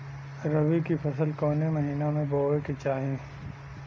रबी की फसल कौने महिना में बोवे के चाही?